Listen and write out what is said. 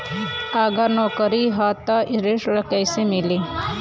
अगर नौकरी ह त ऋण कैसे मिली?